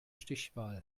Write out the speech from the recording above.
stichwahl